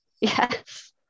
Yes